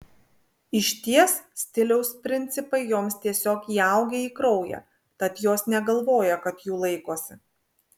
išties stiliaus principai joms tiesiog įaugę į kraują tad jos negalvoja kad jų laikosi